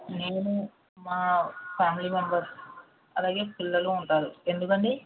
నేను మా family members అలాగే పిల్లలు ఉంటారు ఎందుకండి